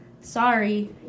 sorry